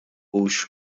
hux